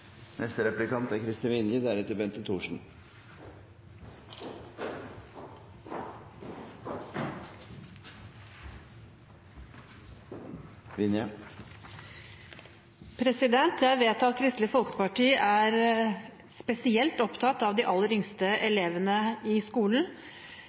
Jeg vet at Kristelig Folkeparti er spesielt opptatt av de aller yngste elevene i skolen.